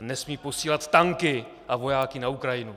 A nesmí posílat tanky a vojáky na Ukrajinu!